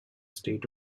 state